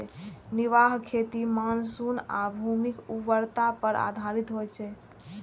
निर्वाह खेती मानसून आ भूमिक उर्वरता पर आधारित होइ छै